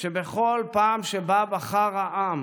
שבכל פעם שבה בחר העם